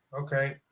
Okay